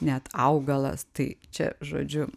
net augalas tai čia žodžiu